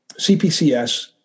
CPCS